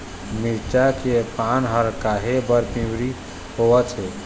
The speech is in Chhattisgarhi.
मिरचा के पान हर काहे बर पिवरी होवथे?